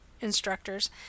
instructors